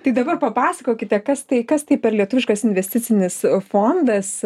tai dabar papasakokite kas tai kas tai per lietuviškas investicinis fondas